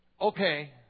Okay